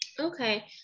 Okay